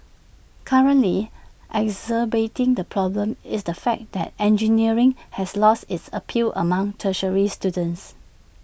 currently exacerbating the problem is the fact that engineering has lost its appeal among tertiary students